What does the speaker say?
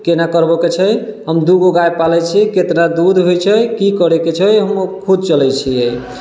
केना करबऽके छै हम दू गो गाय पालैत छी कितना दूध होइत छै की करैके छै हम खुद चलैत छियै